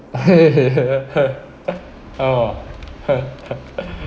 oh